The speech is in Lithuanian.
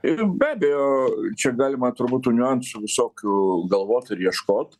ir be abejo čia galima turbūt tų niuansų visokių galvot ir ieškot